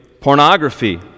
pornography